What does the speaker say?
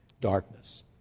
darkness